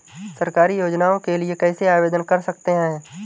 सरकारी योजनाओं के लिए कैसे आवेदन कर सकते हैं?